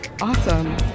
awesome